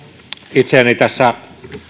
itseäni tässä